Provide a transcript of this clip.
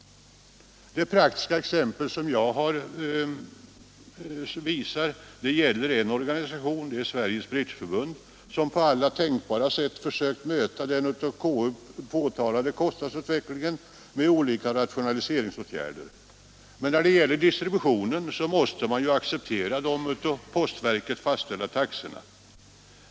Det praktiska exempel som jag pekar på gäller Sveriges Bridgeförbund, som har försökt att möta den av konstitutionsutskottet påtalade kostnadsutvecklingen med alla tänkbara rationaliseringsåtgärder. Men när det gäller distributionen måste man ju acceptera de av postverket fastställda taxorna.